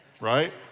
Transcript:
right